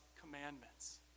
commandments